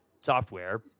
software